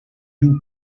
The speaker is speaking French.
doubs